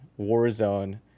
Warzone